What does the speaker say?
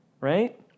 right